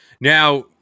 Now